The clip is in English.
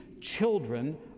children